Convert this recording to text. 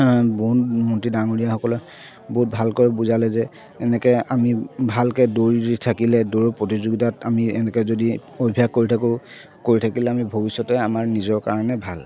ডাঙৰীয়াসকলে বহুত ভালকৈ বুজালে যে এনেকে আমি ভালকে দৌৰি থাকিলে দৌৰৰ প্ৰতিযোগিতাত আমি এনেকে যদি অভ্যাস কৰি থাকোঁ কৰি থাকিলে আমি ভৱিষ্যতে আমাৰ নিজৰ কাৰণে ভাল